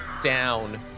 down